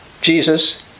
Jesus